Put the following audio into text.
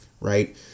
right